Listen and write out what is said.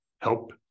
Help